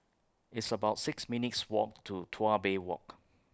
It's about six minutes' Walk to Tuas Bay Walk